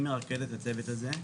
אני מרכז את הצוות הזה,